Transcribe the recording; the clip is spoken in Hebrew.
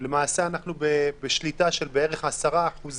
לא נצא מהסגר הזה.